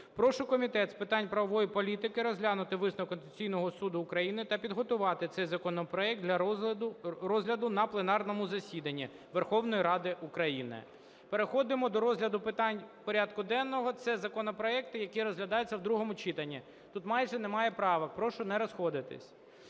Прошу Комітет з питань правової політики розглянути висновок Конституційного Суду України та підготувати цей законопроект для розгляду на пленарному засіданні Верховної Ради України. Переходимо до розгляду питань порядку денного. Це законопроекти, які розглядаються в другому читанні. Тут майже немає правок, прошу не розходитись.